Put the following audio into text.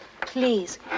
Please